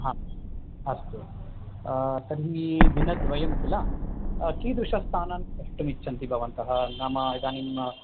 हा अस्तु तर्हि दिनद्वयं किल कीदृशस्थानानि द्रष्टुमिच्छन्ति भवन्तः नाम इदानीं